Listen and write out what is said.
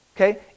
Okay